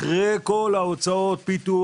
אחרי כל ההוצאות פיתוח,